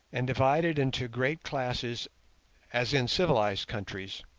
and divided into great classes as in civilized countries.